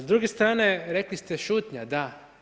S druge strane rekli ste šutnja, da.